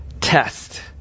test